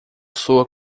soa